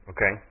Okay